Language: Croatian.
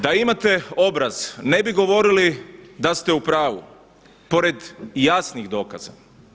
Da imate obraz ne bi govorili da ste u pravu pored jasnih dokaza.